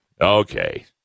Okay